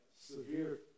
severe